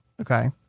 okay